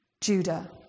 Judah